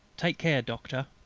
take care, doctor,